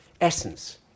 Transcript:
essence